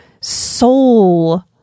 soul